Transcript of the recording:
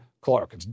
Clark